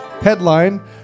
Headline